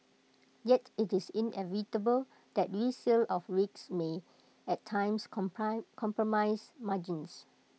yet IT is inevitable that resale of rigs may at times compromise margins